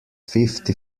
fifty